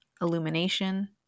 illumination